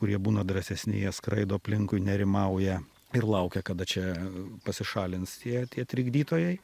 kurie būna drąsesni jie skraido aplinkui nerimauja ir laukia kada čia pasišalins tie tie trikdytojai